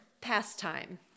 pastime